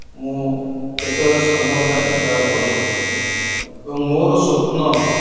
ମୁଁ ଯେତେବେଳେ ସମୟ ପାଏ ତାହା ପଢ଼େ ଏବଂ ମୋର ସ୍ୱପ୍ନ